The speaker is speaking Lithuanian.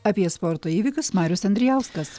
apie sporto įvykius marius andrijauskas